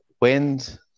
Wind